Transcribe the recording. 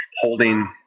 Holding